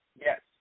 Yes